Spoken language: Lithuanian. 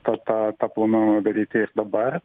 tą tą tą planuojama daryti ir dabar